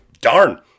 darn